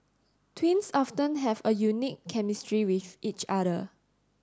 twins often have a unique chemistry with each other